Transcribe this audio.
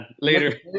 Later